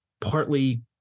partly